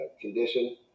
condition